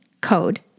code